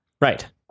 Right